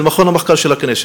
של מרכז המחקר של הכנסת,